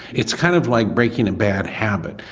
it's kind of like breaking a bad habit.